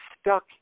stuck